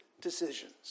decisions